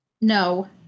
No